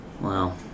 Wow